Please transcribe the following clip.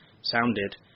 sounded